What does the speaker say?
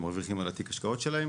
כי הם מרוויחים על תיק ההשקעות שלהם,